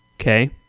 Okay